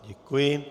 Děkuji.